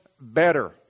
better